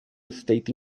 estate